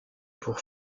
pour